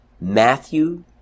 Matthew